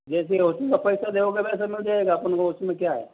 जैसे उसमें पैसा देओगे वैसा मिल जाएगा अपन को उसमें क्या है